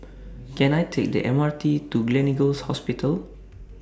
Can I Take The M R T to Gleneagles Hospital